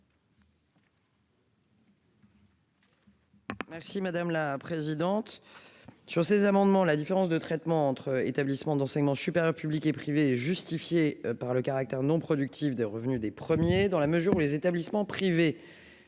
Merci madame la présidente, sur ces amendements, la différence de traitement entre établissements d'enseignement supérieur, public et privé, justifiés par le caractère non productif de revenus des premiers dans la mesure où les établissements privés,